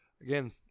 again